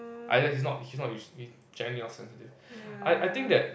either he's not he's not usually jealous or sensitive I I think that